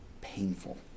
painful